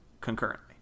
concurrently